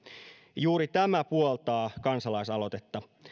juuri tämä puoltaa kansalaisaloitetta